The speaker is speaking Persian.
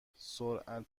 سرعت